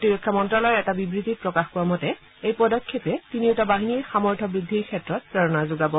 প্ৰতিৰক্ষা মন্ত্যালয়ৰ এটা বিবতিত প্ৰকাশ পোৱা মতে এই পদক্ষেপে তিনিওটা বাহিনীৰ সামৰ্থ বৃদ্ধিৰ ক্ষেত্ৰত প্ৰেৰণা যোগাব